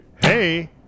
Hey